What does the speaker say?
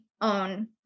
own